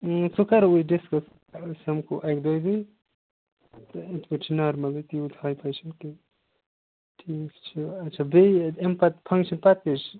سُہ کَرو أسۍ ڈِسکَس أسۍ سمکھوٚو اَکہِ دۄیہِ دوٚہۍ تہٕ یِتھ پٲٹھۍ چھُ نارمَلٕے تیٛوٗت ہاے فاے چھُنہٕ کیٚنٛہہ ٹھیٖک چھُ آچھا بیٚیہِ اَمہِ پَتہٕ فَنٛکشَن پَتہٕ تہِ حظ چھُ